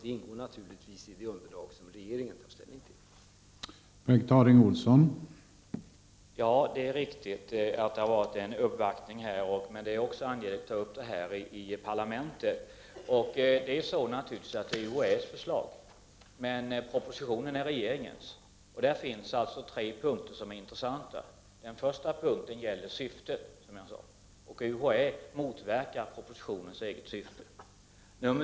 Detta ingår naturligtvis i det underlag som regeringen har att ta ställning till.